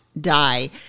die